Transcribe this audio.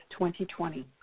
2020